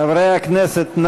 חברי הכנסת,